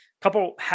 couple